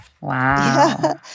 Wow